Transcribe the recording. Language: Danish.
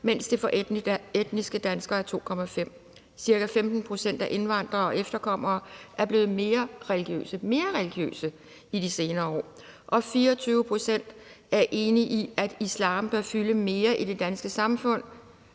mens det for etniske danskere er 2,5. Ca. 15 pct. af indvandrere og efterkommere er blevet mere religiøse – mere religiøse! – i de senere år. 24 pct. er enig i, at islam bør fylde mere i det danske samfund